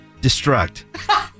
Destruct